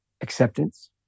Acceptance